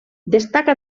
destaca